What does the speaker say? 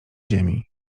ziemi